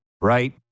Right